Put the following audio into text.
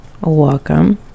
Welcome